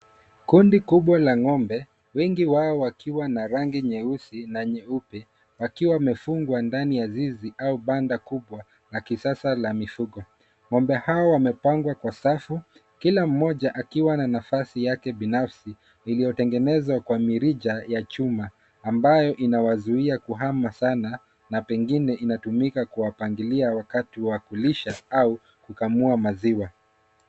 Kundi kubwa la ng'ombe, wengi wao wakiwa wa rangi nyeusi na nyeupe wakiwa wamefungwa ndani ya zizi au banda kubwa la kisasa la mifugo. Ng'ombe hawa wamepangwa kwa safu, kila mmoja akiwa na nafasi yake binafsi iliyotengenezwa kwa mirija ya chuma ambayo inawazuia kuhama sana na pengine inatumika kuwapangilia wakati wa kulisha au kukamua maziwa.